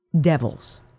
devils